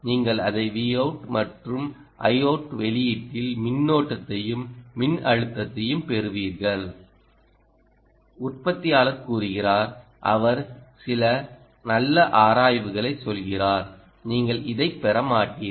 நீங்கள் அதை Vout மற்றும் Iout வெளியீட்டில் மின்னோட்டத்தையும் மின்னழுத்தத்தையும் பெறுவீர்கள் உற்பத்தியாளர் கூறுகிறார் அவர் சில நல்ல ஆராய்வுகளை சொல்கிறார் நீங்கள் இதைப் பெற மாட்டீர்கள்